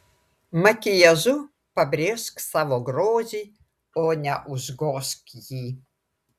makiažu pabrėžk savo grožį o ne užgožk jį